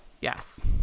Yes